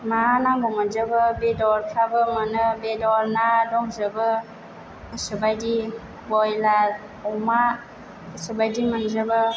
मा नांगौ मोनजोबो बेदरफ्राबो मोनो बेदर ना दंजोबो गोसोबाइदि बइलार अमा गोसो बाइदि मोनजोबो